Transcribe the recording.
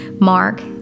Mark